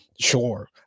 Sure